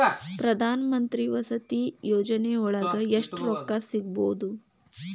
ಪ್ರಧಾನಮಂತ್ರಿ ವಸತಿ ಯೋಜನಿಯೊಳಗ ಎಷ್ಟು ರೊಕ್ಕ ಸಿಗಬೊದು?